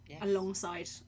alongside